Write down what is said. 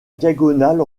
diagonale